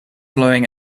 blowing